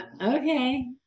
Okay